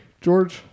George